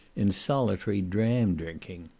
in solitary dram-drinking.